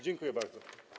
Dziękuję bardzo.